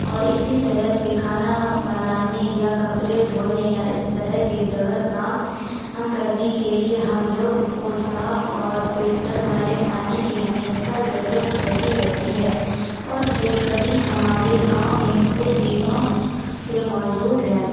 اور اسی طرح سے کھانا بنانے یا کپڑے دھونے یا اس طرح کے دیگر کام ہم کرنے کے لیے ہم لوگ کو صاف اور فلٹر والے پانی کی ہمیشہ ضرورت پڑتی رہتی ہے اور یہ کبھی ہمارے گاؤں میں بہت دنوں سے موجود ہے